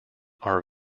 are